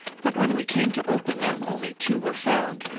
but when we came to open them only two were found,